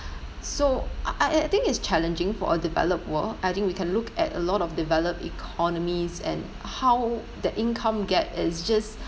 so I I think it's challenging for a developed world I think we can look at a lot of developed economies and how that income gap is just